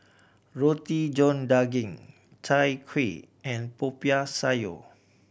Roti John Daging Chai Kuih and Popiah Sayur